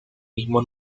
mismo